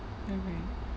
mmhmm